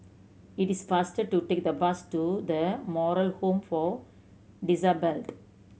it is faster to take the bus to The Moral Home for Disabled